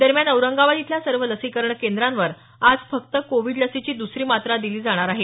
दरम्यान औरंगाबाद इथल्या सर्व लसीकरण केंद्रांवर आज फक्त कोविड लसीची दुसरी मात्रा दिली जाणार आहे